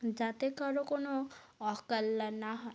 যাতে কারো কোনও অকল্যাণ না হয়